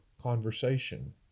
conversation